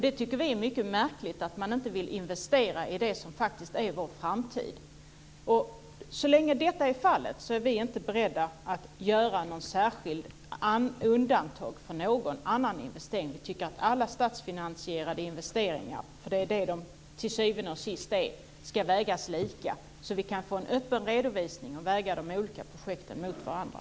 Det är mycket märkligt att man inte vill investera i det som är vår framtid. Så länge det är så är vi inte beredda att göra undantag för någon annan investering. Alla statsfinansierade investeringar, för det är vad de är till syvende och sist, ska vägas lika. Vi vill ha en öppen redovisning och väga de olika projekten mot varandra.